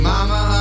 Mama